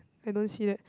I don't see that